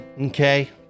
okay